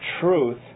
truth